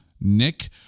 Nick